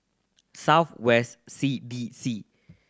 South West C D C